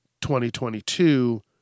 2022